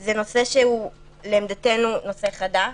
זה נושא שהוא לעמדתנו נושא חדש,